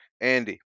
Andy